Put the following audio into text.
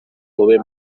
mube